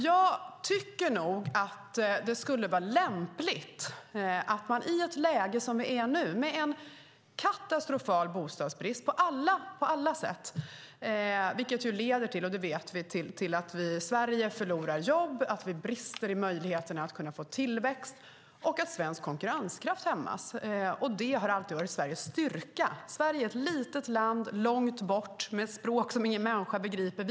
Det handlar om vad som skulle vara lämpligt att göra i ett läge som nu, med en katastrofal bostadsbrist på alla sätt, vilket vi vet leder till att vi i Sverige förlorar jobb, brister i möjligheter att få tillväxt och att svensk konkurrenskraft, som alltid har varit Sveriges styrka, hämmas. Sverige är ett litet land långt bort med ett språk som ingen människa begriper.